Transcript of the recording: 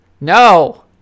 No